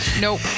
Nope